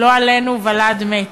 לא עלינו, ולד מת.